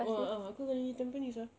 oh ah ah aku nak pergi tampines ah